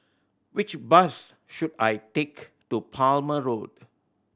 which bus should I take to Palmer Road